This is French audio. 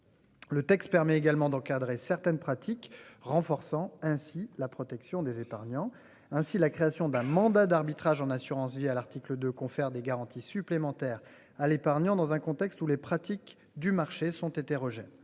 Le texte permet également d'encadrer certaines pratiques renforçant ainsi la protection des épargnants ainsi la création d'un mandat d'arbitrage en assurance-vie à l'article deux confère des garanties supplémentaires à l'épargnant. Dans un contexte où les pratiques du marché sont hétérogènes.